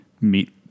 meet